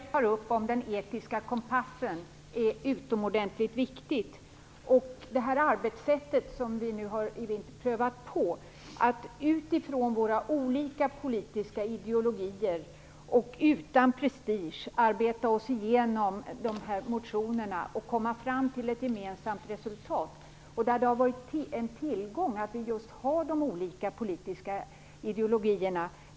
Fru talman! Det som Bo Holmberg tar upp om den etiska kompassen är utomordentligt viktigt. Vi har nu provat på ett arbetssätt som har inneburit att vi utifrån våra olika politiska ideologier och utan prestige har arbetat oss igenom dessa motioner och kommit fram till ett gemensamt resultat. Det har varit en tillgång att vi just har olika politiska ideologier.